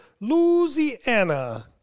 Louisiana